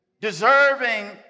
deserving